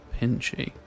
pinchy